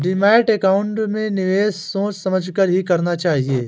demat account में निवेश सोच समझ कर ही करना चाहिए